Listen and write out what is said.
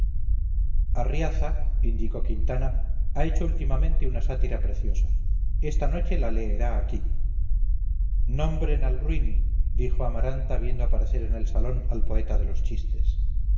arriaza indicó quintana ha hecho últimamente una sátira preciosa esta noche la leerá aquí nombren al ruin dijo amaranta viendo aparecer en el salón al poeta de los chistes